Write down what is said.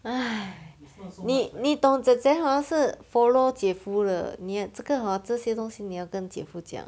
哎你你懂姐姐 hor 是 follow 姐夫的你也这个 hor 这些东西你要跟姐夫讲